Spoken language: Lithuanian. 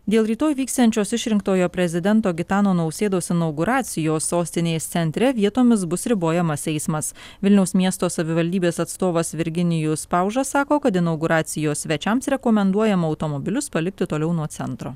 dėl rytoj vyksiančios išrinktojo prezidento gitano nausėdos inauguracijos sostinės centre vietomis bus ribojamas eismas vilniaus miesto savivaldybės atstovas virginijus pauža sako kad inauguracijos svečiams rekomenduojama automobilius palikti toliau nuo centro